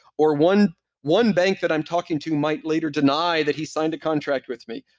or one one bank that i'm talking to might later deny that he signed a contract with me.